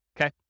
okay